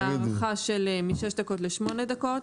הארכת משך הזמן משש דקות לשמונה דקות.